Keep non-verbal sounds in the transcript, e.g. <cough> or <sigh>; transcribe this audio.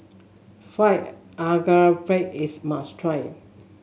fried <unintelligible> is must try